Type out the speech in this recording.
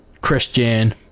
Christian